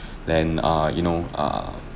then err you know err